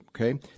Okay